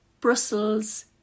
Brussels